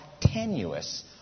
tenuous